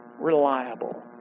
reliable